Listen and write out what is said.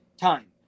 time